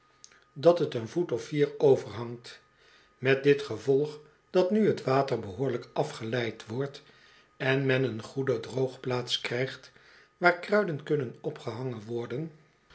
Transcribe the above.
dat het een voet of vier overhangt met dit gevolg dat nu het water behoorlijk afgeleid wordt en men een goede droogplaats krijgt waar kruiden kunnen opgehangen worden